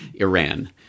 Iran